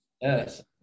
Yes